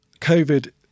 COVID